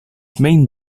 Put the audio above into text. main